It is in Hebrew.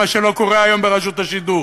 מה שלא קורה היום ברשות השידור,